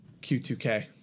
q2k